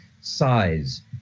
size